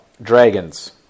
Dragons